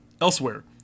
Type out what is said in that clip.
Elsewhere